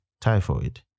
typhoid